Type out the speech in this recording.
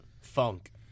Funk